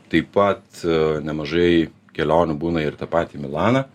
taip pat nemažai kelionių būna ir į tą patį milaną